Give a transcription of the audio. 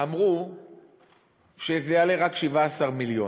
אמרו שזה יעלה רק 17 מיליון.